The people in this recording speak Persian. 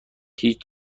هیچ